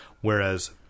Whereas